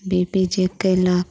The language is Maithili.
बी पी चेक कयलक